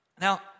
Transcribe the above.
Now